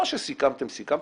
מה שסיכמתם סיכמתם,